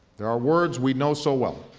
there are words we know so well